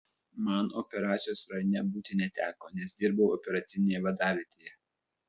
man operacijos rajone būti neteko nes dirbau operacinėje vadavietėje